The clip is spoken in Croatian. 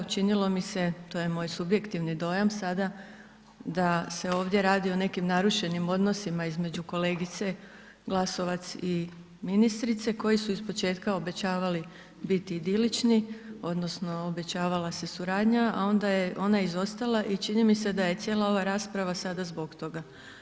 Činilo mi se, to je moj subjektivni dojam sada, da se ovdje radi o nekim narušenim odnosima između kolegice Glasovac i ministrice, koji su ispočetka obećavali biti idilično odnosno obećavala se suradnja, a onda je ona izostala i čini mi se da je cijela ova rasprava sada zbog toga.